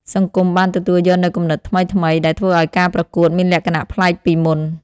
សង្គមបានទទួលយកនូវគំនិតថ្មីៗដែលធ្វើឲ្យការប្រកួតមានលក្ខណៈប្លែកពីមុន។